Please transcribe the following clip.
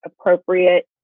appropriate